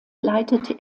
leitete